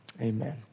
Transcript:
Amen